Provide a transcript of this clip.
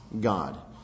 God